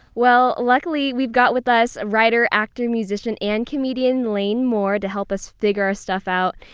well, luckily, we've got with us a writer actor, musician and comedian lane moore, to help us figure our stuff out.